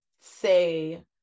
say